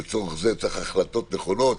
לצורך זה צריך החלטות נכונות,